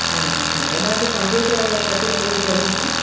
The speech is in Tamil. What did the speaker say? சரிங்க சரிங்க ஏதாவது கம்ப்யூட்டரை பற்றி உங்களுக்கு தெரியுமா